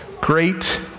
Great